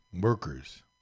workers